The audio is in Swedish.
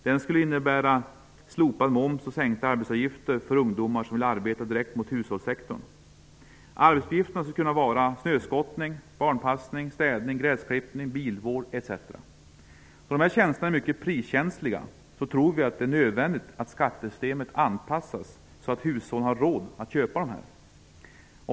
Den skulle innebära slopad moms och sänkta arbetsgivaravgifter för ungdomar som vill arbeta direkt mot hushållssektorn. Arbetsuppgifterna skulle kunna vara snöskottning, barnpassning, städning, gräsklippning, bilvård, etc. Då dessa tjänster är mycket priskänsliga tror vi att det är nödvändigt att skattesystemet anpassas så att hushållen har råd att köpa dem.